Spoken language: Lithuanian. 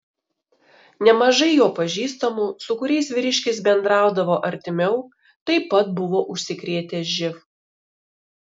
nemažai jo pažįstamų su kuriais vyriškis bendraudavo artimiau taip pat buvo užsikrėtę živ